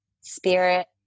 spirit